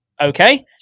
Okay